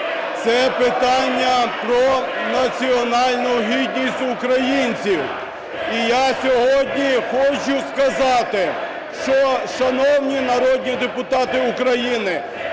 це питання про національну гідність українців. (Шум у залі) І я сьогодні хочу сказати, що, шановні народні депутати України,